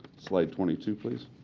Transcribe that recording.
slide twenty two, please.